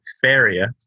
Faria